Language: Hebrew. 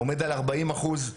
עומד על 40 אחוז,